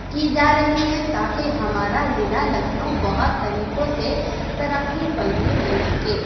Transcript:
کی جا رہی ہیں تاکہ ہمارا ضلع لکھنؤ بہت طریقوں سے ترقی پذیر ہو سکے